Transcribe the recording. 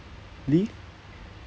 leaf